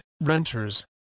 renters